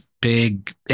big